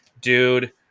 Dude